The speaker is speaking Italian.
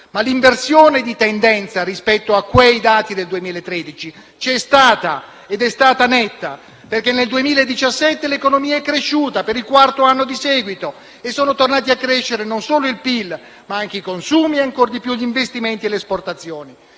ma l'inversione di tendenza rispetto ai dati del 2013 c'è stata ed è stata netta. Infatti, nel 2017 l'economia è cresciuta per il quarto anno di seguito e sono tornati a crescere non solo il PIL, ma anche i consumi e - ancora di più - gli investimenti e le esportazioni.